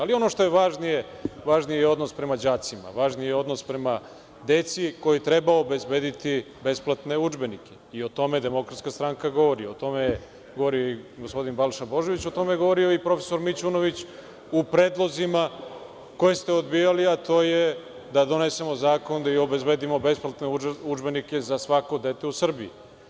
Ali, ono što je važnije, važniji je odnos prema đacima, važniji je odnos prema deci kojoj treba obezbediti besplatne udžbenike i o tome DS govori, o tome govori gospodin Balša Božović, o tome je govorio i profesor Mićunović u predlozima koje ste odbijali, a to je da donesemo zakon da obezbedimo besplatne udžbenike za svako dete u Srbiji.